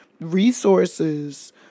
resources